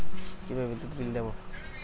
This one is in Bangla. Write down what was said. কিভাবে বিদ্যুৎ বিল দেবো?